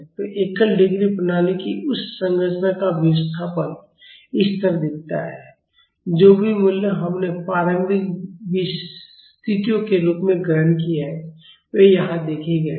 तो एकल डिग्री प्रणाली की उस संरचना का विस्थापन इस तरह दिखता है जो भी मूल्य हमने प्रारंभिक स्थितियों के रूप में ग्रहण किए हैं वे यहां देखे गए हैं